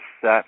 set